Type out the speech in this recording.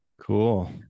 Cool